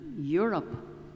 Europe